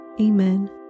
Amen